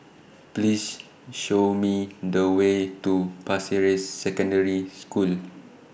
Please Show Me The Way to Pasir Ris Secondary School